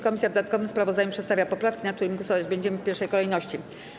Komisja w dodatkowym sprawozdaniu przedstawia poprawki, nad którymi głosować będziemy w pierwszej kolejności.